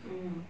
mm